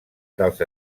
dels